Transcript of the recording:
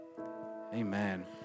Amen